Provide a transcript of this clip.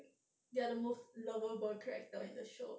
they are the most lovable character in the show